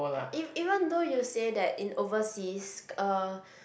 if even though you say that in overseas uh